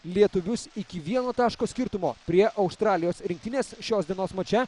lietuvius iki vieno taško skirtumo prie australijos rinktinės šios dienos mače